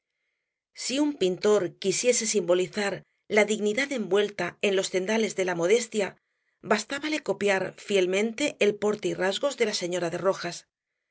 si un pintor quisiese simbolizar la dignidad envuelta en los cendales de la modestia bastábale copiar fielmente el porte y rasgos de la señora de